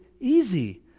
easy